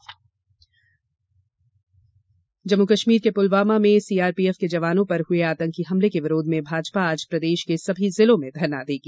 श्रद्वांजलि जम्मू कश्मीर के पुलवामा में सीआरपीएफ के जवानों पर हुए आतंकी हमले के विरोध में भाजपा आज प्रदेश के सभी जिलों में धरना देगी